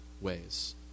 ways